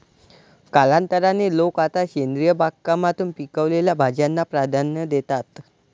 कालांतराने, लोक आता सेंद्रिय बागकामातून पिकवलेल्या भाज्यांना प्राधान्य देतात